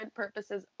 purposes